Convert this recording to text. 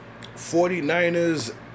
49ers